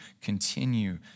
continue